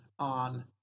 on